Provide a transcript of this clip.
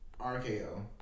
RKO